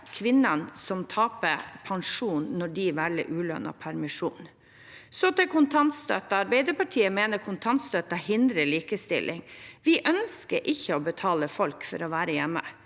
kvinnene som taper pensjon når de velger ulønnet permisjon. Så til kontantstøtte. Arbeiderpartiet mener at kontantstøtten hindrer likestilling. Vi ønsker ikke å betale folk for å være hjemme.